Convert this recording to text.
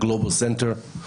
הגלובל סנטר,